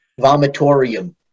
Vomitorium